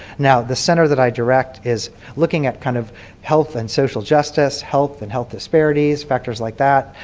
now the center that i direct is looking at kind of health and social justice, health and health disparities, factors like that.